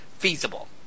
feasible